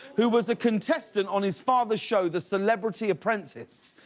who was a contestant on his father's show, the celebrity apprentice.